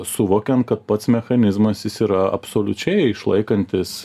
suvokiant kad pats mechanizmas jis yra absoliučiai išlaikantis